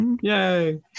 Yay